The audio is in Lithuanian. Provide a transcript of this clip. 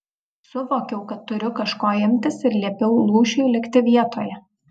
suvokiau kad turiu kažko imtis ir liepiau lūšiui likti vietoje